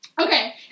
Okay